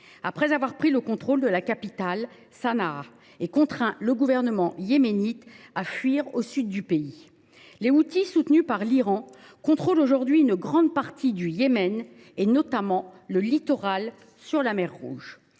après avoir pris le contrôle de la capitale, Sanaa, et contraint le gouvernement yéménite à fuir au sud du pays. Les Houthis, soutenus par l’Iran, contrôlent aujourd’hui une grande partie du Yémen, notamment le littoral donnant sur la mer Rouge.